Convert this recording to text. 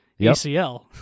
ACL